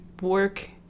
work